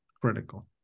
critical